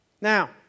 Now